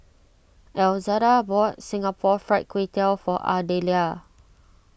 Elzada bought Singapore Fried Kway Tiao for Ardelia